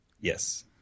yes